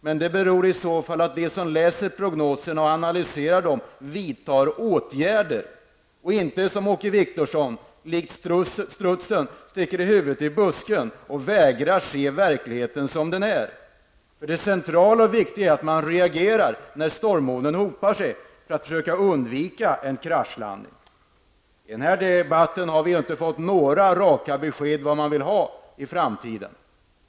Men det beror i så fall på att de som läser prognoserna och analyserar dem vidtar åtgärder. Åke Wictorsson sticker i stället likt strutsen huvudet i busken och vägrar se verkligheten som den är. Det viktiga är att man reagerar när stormmolnen hopar sig så att man kan undvika en kraschlandning. I den här debatten har vi inte fått några raka besked om vad man vill ha i framtiden.